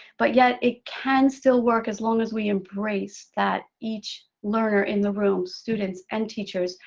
but yet, it can still work as long as we embrace that each learner in the room, students and teachers,